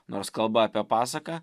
nors kalba apie pasaką